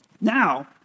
Now